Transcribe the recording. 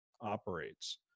operates